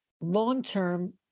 long-term